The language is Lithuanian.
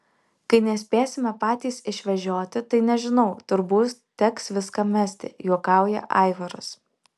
kai nespėsime patys išvežioti tai nežinau turbūt teks viską mesti juokauja aivaras